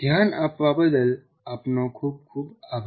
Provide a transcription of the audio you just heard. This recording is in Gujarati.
ધ્યાન આપવા બદલ આપનો ખૂબ ખૂબ આભાર